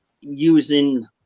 using